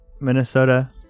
Minnesota